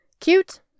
Cute